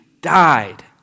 died